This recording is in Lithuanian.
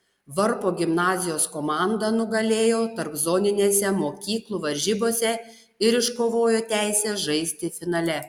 varpo gimnazijos komanda nugalėjo tarpzoninėse mokyklų varžybose ir iškovojo teisę žaisti finale